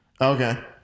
Okay